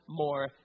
more